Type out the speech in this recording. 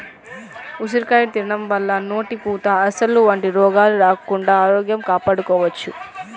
ఉసిరికాయల్ని తినడం వల్ల నోటిపూత, అల్సర్లు వంటి రోగాలు రాకుండా ఆరోగ్యం కాపాడుకోవచ్చు